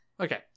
Okay